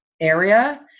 area